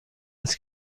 است